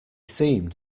seemed